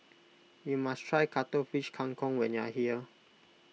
you must try Cuttlefish Kang Kong when you are here